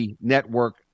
network